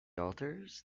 altars